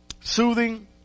Soothing